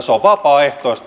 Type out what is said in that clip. se on vapaaehtoista